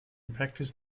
practice